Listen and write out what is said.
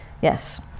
yes